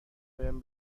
بهم